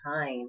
time